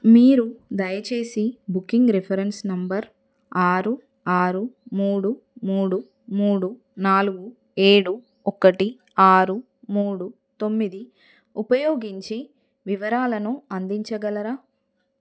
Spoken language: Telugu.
మీరు దయచేసి బుకింగ్ రిఫరెన్స్ నంబర్ ఆరు ఆరు మూడు మూడు మూడు నాలుగు ఏడు ఒకటి ఆరు మూడు తొమ్మిది ఉపయోగించి వివరాలను అందించగలరా